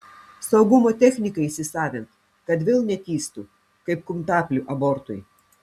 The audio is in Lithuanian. saugumo techniką įsisavint kad vėl netįstų kaip kuntaplį abortui